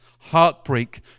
heartbreak